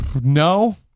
No